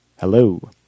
Hello